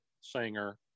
singer